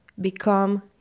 become